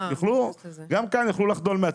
גם כאן יוכלו לחדול.